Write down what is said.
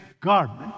garment